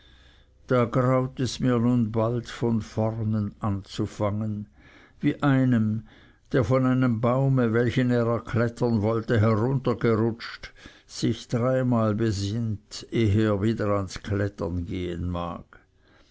da graut es mir nun bald von vornen anzufangen wie einem der von einem baume welchen er erklettern wollte heruntergerutscht sich dreimal besinnt ehe er wieder ans klettern gehen mag